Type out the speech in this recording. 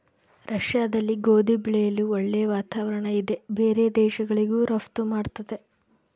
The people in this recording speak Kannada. ರಷ್ಯಾದಲ್ಲಿ ಗೋಧಿ ಬೆಳೆಯಲು ಒಳ್ಳೆ ವಾತಾವರಣ ಇದೆ ಬೇರೆ ದೇಶಗಳಿಗೂ ರಫ್ತು ಮಾಡ್ತದೆ